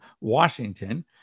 Washington